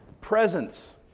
presence